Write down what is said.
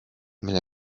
mais